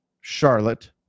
Charlotte